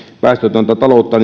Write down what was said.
päästötöntä taloutta